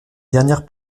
dernières